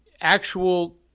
actual